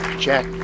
Jack